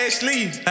Ashley